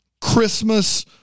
Christmas